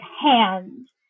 hands